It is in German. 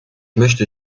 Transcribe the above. möchte